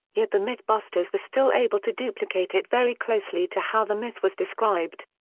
yet the mythbusters were still able to duplicate it very closely to how the myth was described.